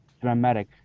dramatic